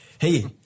Hey